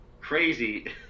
crazy